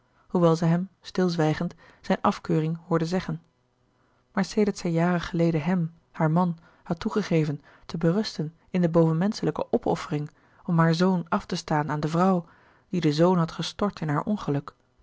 hoewel zij hem stilzwijgend zijne afkeuring hoorde zeggen maar sedert zij jaren geleden hem haar man had toegegeven te berusten in de bovenmenschelijke opoffering om haar zoon af te staan aan de vrouw die die zoon had gestort in haar ongeluk